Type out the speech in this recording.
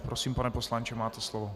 Prosím, pane poslanče, máte slovo.